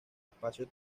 espacio